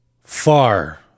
far